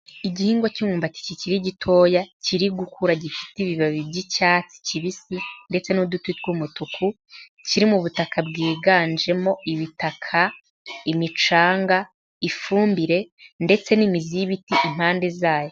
Igihingwa cy'umwumbati kikiri gitoya kiri gukura gifite ibibabi by'icyatsi cyibisi ndetse n'uduti tw'umutuku kiri mu butaka bwiganjemo ibitaka, imicanga, ifumbire ndetse n'imizi y'ibiti impande zayo.